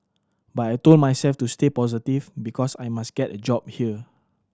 but I told myself to stay positive because I must get a job here